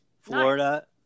Florida